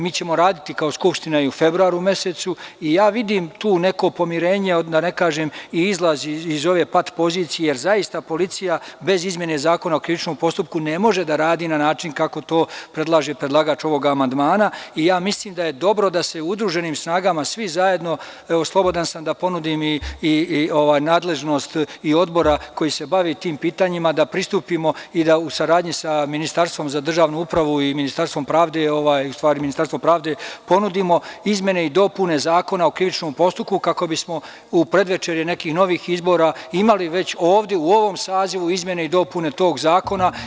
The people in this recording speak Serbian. Mi ćemo kao Skupština raditi i u februaru mesecu i ja vidim tu neko pomirenje, da ne kažem i izlaz iz ove pat pozicije, jer zaista policija bez izmene Zakona o krivičnom postupku ne može da radi na način kako to predlaže predlagač ovog amandmana i ja mislim da je dobro da se udruženim snagama, svi zajedno, evo, slobodan sam da ponudim i nadležnost odbora koji se bavi tim pitanjima, da pristupimo i da u saradnji sa Ministarstvom za državnu upravu i Ministarstvom pravde ponudimo izmene i dopune Zakona o krivičnom postupku, kako bismo u predvečerje nekih novih izbora imali već ovde, u ovom sazivu, izmene i dopune tog zakona.